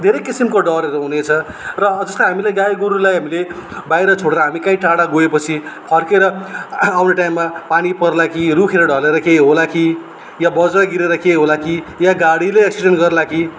धेरै किसिमको डरहरू हुनेछ र जस्तै हामीले गाई गोरुलाई हामीले बाहिर छोडेर हामी कहीँ टाढा गएपछि फर्केर आउने टाइममा पानी पर्ला कि रुखहरू ढलेर केही होला कि या बज्र गिरेर केही होला कि या गाडीले एक्सिडेन्ट गर्ला कि